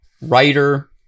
writer